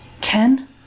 Ken